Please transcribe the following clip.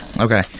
Okay